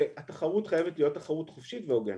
והתחרות חייבת להיות תחרות חופשית והוגנת.